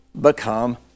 become